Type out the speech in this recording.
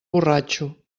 borratxo